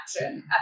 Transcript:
action